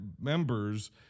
members